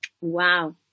Wow